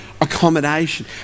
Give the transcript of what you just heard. accommodation